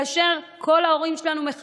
כל ההורים שלנו,